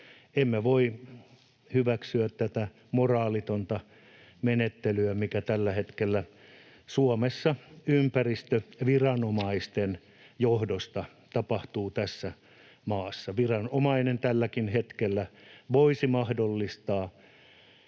Emme voi hyväksyä tätä moraalitonta menettelyä, mikä tällä hetkellä Suomessa ympäristöviranomaisten johdosta tapahtuu tässä maassa. Viranomainen tälläkin hetkellä voisi mahdollistaa